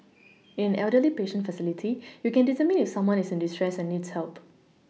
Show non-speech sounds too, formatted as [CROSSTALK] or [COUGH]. [NOISE] in an elderly patient facility you can determine if someone is in distress and needs help